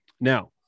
Now